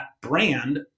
brand